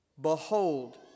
Behold